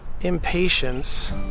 impatience